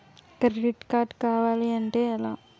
Credit card కావాలి అంటే ఎలా?